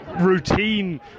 routine